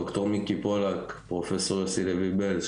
לד"ר מיקי פולק, לפרופ' יוסי לוי בלז.